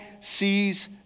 sees